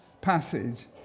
passage